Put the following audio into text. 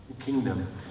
kingdom